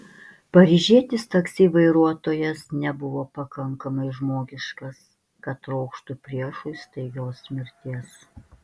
paryžietis taksi vairuotojas nebuvo pakankamai žmogiškas kad trokštų priešui staigios mirties